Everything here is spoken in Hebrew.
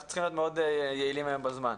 צריכים להיות מאוד יעילים היום בזמן.